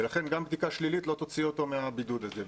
ולכן גם בדיקה שלילית לא תוציא אותו מהבידוד הזה.